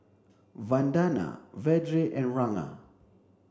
Vandana Vedre and Ranga